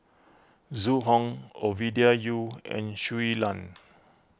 Zhu Hong Ovidia Yu and Shui Lan